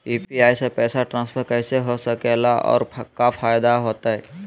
UPI से पैसा transfer कैसे हो सके ला और का फायदा होएत?